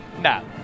no